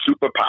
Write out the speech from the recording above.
superpower